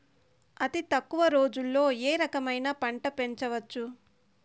అతి తక్కువ రోజుల్లో ఏ రకమైన పంట పెంచవచ్చు?